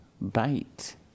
bite